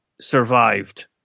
survived